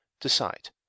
decide